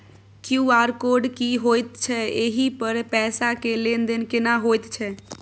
QR code की होयत छै एहि पर पैसा के लेन देन केना होयत छै?